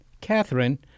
Catherine